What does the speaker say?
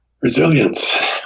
Resilience